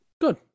good